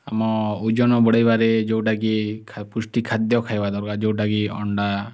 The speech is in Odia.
ଆମ ଓଜନ ବଢ଼ାଇବାରେ ଯେଉଁଟା କି ପୃଷ୍ଟି ଖାଦ୍ୟ ଖାଇବାକୁ ଦେବା ଯେଉଁଟା କି ଅଣ୍ଡା